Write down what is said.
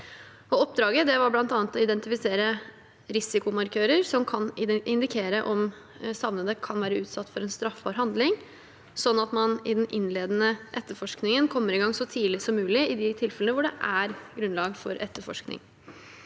Oppdraget var bl.a. å identifisere risikomarkører som kan indikere om savnede kan være utsatt for en straffbar handling, slik at den innledende etterforskningen kommer i gang så tidlig som mulig i de tilfellene hvor det er grunnlag for etterforsking.